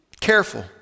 careful